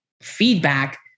feedback